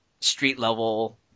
street-level